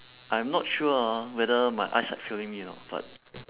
I am not sure ah whether my eyesight failing me or not but